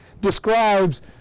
describes